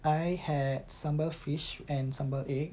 I had sambal fish and sambal egg